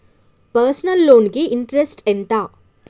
Personal loan కి interest ఎంత?